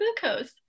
Glucose